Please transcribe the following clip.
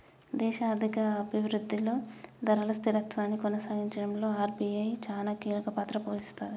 దేశ ఆర్థిక అభిరుద్ధిలో ధరల స్థిరత్వాన్ని కొనసాగించడంలో ఆర్.బి.ఐ చానా కీలకపాత్ర పోషిస్తది